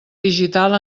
digital